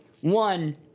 one